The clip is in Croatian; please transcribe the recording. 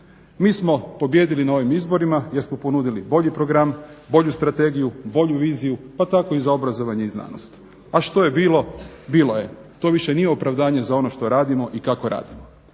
Mi smo pobijedili na ovim izborima jer smo ponudili bolji program, bolju strategiju, bolju viziju, pa tako i za obrazovanje i znanost. A što je bilo bilo je. To više nije opravdanje za ono što radimo i kako radimo.